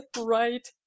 right